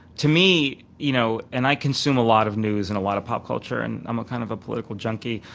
to me-and you know and i consume a lot of news and a lot of pop culture and i'm a kind of a political junkie.